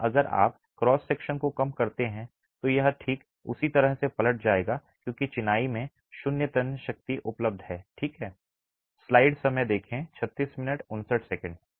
यहाँ अगर आप क्रॉस सेक्शन को कम करते हैं तो यह ठीक उसी तरह से पलट जाएगा क्योंकि चिनाई में शून्य तन्य शक्ति उपलब्ध है ठीक है